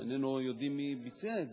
איננו יודעים מי ביצע את זה,